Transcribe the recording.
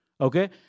okay